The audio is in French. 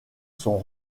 son